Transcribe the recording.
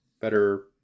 better